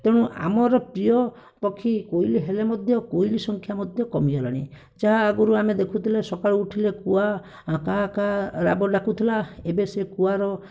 ତେଣୁ ଆମର ପ୍ରିୟ ପକ୍ଷୀ କୋଇଲି ହେଲେ ମଧ୍ୟ କୋଇଲି ସଂଖ୍ୟା ମଧ୍ୟ କମିଗଲାଣି ଯାହା ଆଗରୁ ଆମେ ଦେଖୁଥିଲେ ସକାଳୁ ଉଠିଲେ କୁଆ କା କା ରାବ ଡ଼ାକୁଥିଲା ଏବେ ସେ କୁଆର